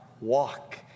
walk